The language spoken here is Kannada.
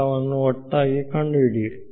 ಎಲ್ಲವನ್ನೂ ಒಟ್ಟಾಗಿ ಕಂಡುಹಿಡಿಯಿರಿ